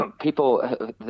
people